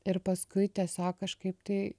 ir paskui tiesiog kažkaip tai